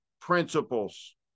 principles